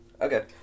Okay